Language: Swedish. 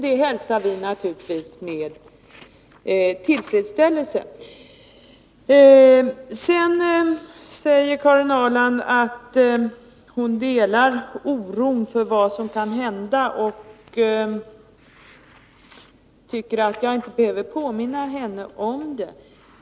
Det hälsar vi naturligtvis med tillfredsställelse. Karin Ahrland säger att hon delar oron för vad som kan hända och tycker att jag inte behöver påminna henne om det.